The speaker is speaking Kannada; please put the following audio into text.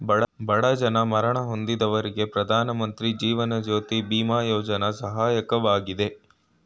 ಬಡ ಜನ ಮರಣ ಹೊಂದಿದವರಿಗೆ ಪ್ರಧಾನಮಂತ್ರಿ ಜೀವನ್ ಜ್ಯೋತಿ ಬಿಮಾ ಯೋಜ್ನ ಸಹಾಯಕವಾಗಿದೆ